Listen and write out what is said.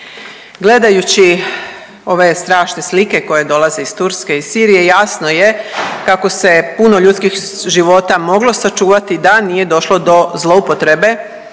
Gledajući ove strašne slike koje dolaze iz Turske i Sirije jasno je kako se puno ljudskih života moglo sačuvati da nije došlo do zloupotrebe